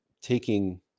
taking